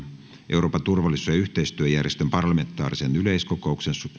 euroopan turvallisuus ja yhteistyöjärjestön parlamentaarisen yleiskokouksen